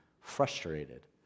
frustrated